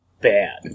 bad